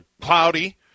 Cloudy